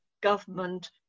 government